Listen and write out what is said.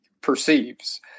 perceives